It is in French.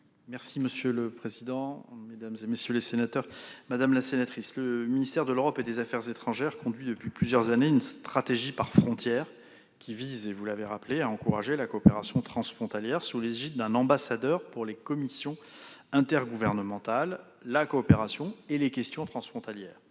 La parole est à M. le secrétaire d'État. Madame la sénatrice, le ministère de l'Europe et des affaires étrangères conduit depuis plusieurs années une stratégie par frontière qui vise, vous l'avez rappelé, à encourager la coopération transfrontalière sous l'égide d'un ambassadeur pour les commissions intergouvernementales, la coopération et les questions transfrontalières.